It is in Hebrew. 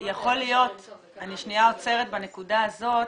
אני שנייה עוצרת בנקודה הזאת.